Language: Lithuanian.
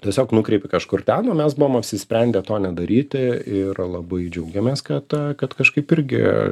tiesiog nukreipi kažkur ten o mes buvom apsisprendę to nedaryti ir labai džiaugiamės kad kad kažkaip irgi